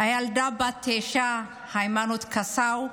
הילדה בת התשע היימנוט קסאו,